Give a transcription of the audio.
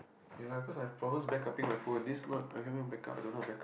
ya of course I promise back upping my phone this not I haven't back up I don't know back up